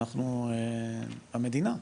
אנחנו --- המדינה,